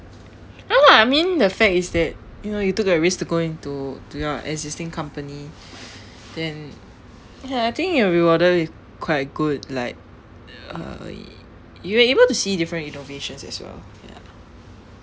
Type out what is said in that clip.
ya lah I mean the fact is that you know you took a risk to go into to your existing company then ya I think you're rewarded with quite good like uh you are able to see different innovations as well ya